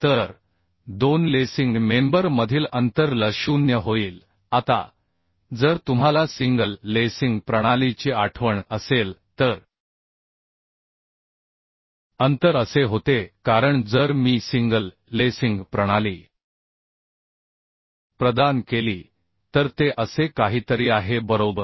तर दोन lacing member मधील अंतर L0 होईल आता जर तुम्हाला सिंगल लेसिंग प्रणालीची आठवण असेल तर अंतर असे होते कारण जर मी सिंगल लेसिंग प्रणाली प्रदान केली तर ते असे काहीतरी आहे बरोबर